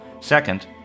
Second